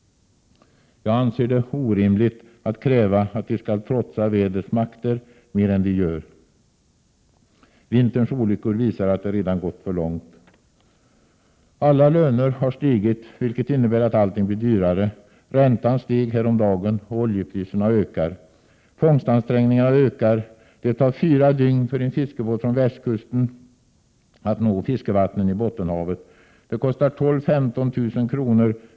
Jag anser det orimligt att kräva att de skall trotsa vädrets makter mer än de gör. Vinterns olyckor visar att det redan gått för långt. Alla löner har stigit, vilket innebär att allting blir dyrare, räntan steg häromdagen, och oljepriserna ökar. Fångstansträngningarna ökar. Det tar fyra dygn för en fiskebåt från västkusten att nå fiskevattnen i Bottenhavet. 138 Det kostar 12 000-15 000 kr.